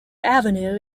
avenue